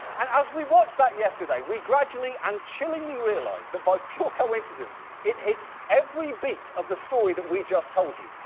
and as we watched that yesterday, we gradually and chillingly realized that by pure coincidence it hits every beat of the story that we just told you.